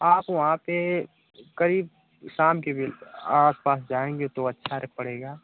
आप वहाँ के करीब शाम के भी आस पास जाएँगे तो अच्छा पड़ेगा